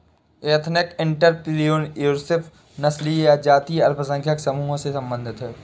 ethnic entrepreneurship नस्लीय या जातीय अल्पसंख्यक समूहों से संबंधित हैं